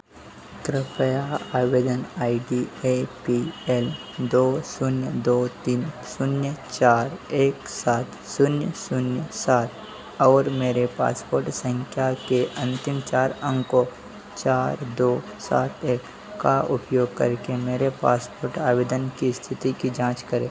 कृपया आवेदन I D A P L दो शून्य दो तीन शून्य चार एक चार एक सात शून्य शून्य सात और मेरे पासपोर्ट संख्या के अंतिम चार अंकों चार दो सात एक का उपयोग करके मेरे पासपोर्ट आवेदन की स्थिति की जाँच करें